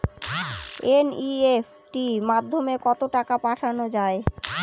NEFT মাধ্যমে কত টাকা পাঠানো যায়?